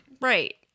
Right